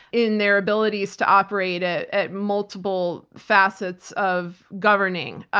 in their abilities to operate at at multiple facets of governing.